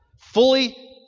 fully